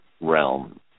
realm